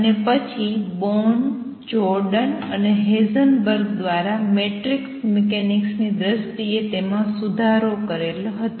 અને પછી Born Jordan અને હેઇઝનબર્ગ દ્વારા મેટ્રિક્સ મિકેનિક્સની દ્રષ્ટિએ તેમાં સુધારો કરેલ હતો